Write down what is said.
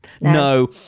no